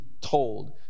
told